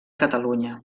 catalunya